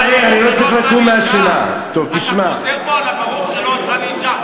אתה חוזר פה על "ברוך שלא עשני אישה"?